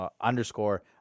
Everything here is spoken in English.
underscore